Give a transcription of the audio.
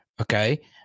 okay